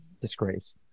disgrace